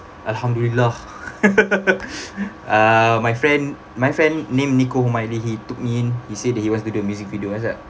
alhamdulillah uh my friend my friend named nico miley he took me in he said that he wants to do a music video I was like